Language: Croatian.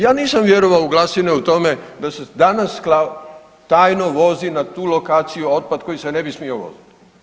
Ja nisam vjerovao u glasine o tome da se danas tajno vozi na tu lokaciju otpad koji se ne bi smio voziti.